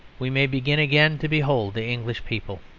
we may begin again to behold the english people.